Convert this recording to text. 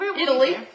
Italy